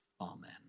amen